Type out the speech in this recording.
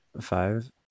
Five